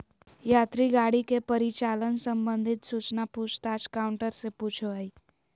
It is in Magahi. यात्री गाड़ी के परिचालन संबंधित सूचना पूछ ताछ काउंटर से पूछो हइ